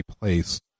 place